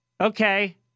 Okay